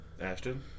Ashton